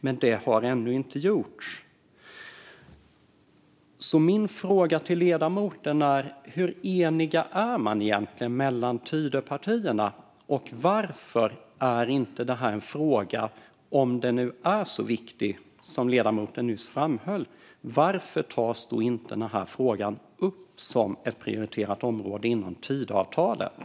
Det har dock ännu inte gjorts. Hur eniga är Tidöpartierna? Om nu denna fråga är så viktig som ledamoten nyss framhöll, varför tas den inte upp som ett prioriterat område inom Tidöavtalet?